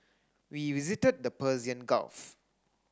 we visited the Persian Gulf